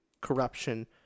corruption